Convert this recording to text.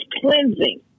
cleansing